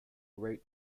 wrote